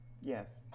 Yes